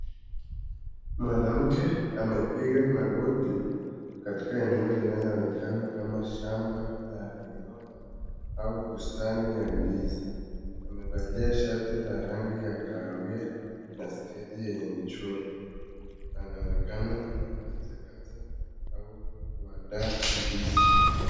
Mwanamke amepiga magoti katika eneo linaloonekana kama shamba la migomba au bustani ya ndizi , amevalia shati la rangi ya kahawia na sketi yenye michoro , anaonekana akikatakata au kundaa ndizi.